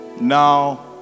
Now